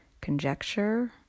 conjecture